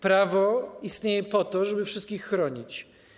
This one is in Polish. Prawo istnieje po to, żeby wszystkich chronić.